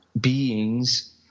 beings